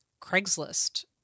Craigslist